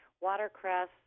watercress